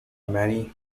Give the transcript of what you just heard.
many